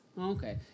okay